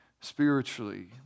spiritually